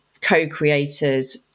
co-creators